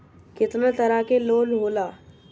केतना तरह के लोन होला?